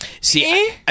See